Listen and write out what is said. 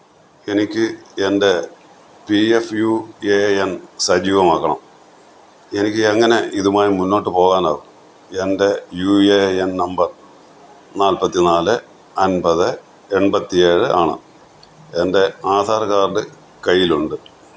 എനിക്ക് എൻ്റെ P F U A N സജീവമാക്കണം എനിക്ക് എങ്ങനെ ഇതുമായി മുന്നോട്ടു പോകാനാകും എൻ്റെ യു എ എൻ നമ്പർ നാല്പ്പത്തി നാല് അന്പത് എണ്പത്തി ഏഴ് ആണ് എൻ്റെ ആധാർ കാഡ് കയ്യിലുണ്ട്